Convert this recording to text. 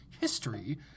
history